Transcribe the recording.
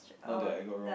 not that I got wrong